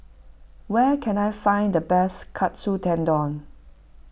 where can I find the best Katsu Tendon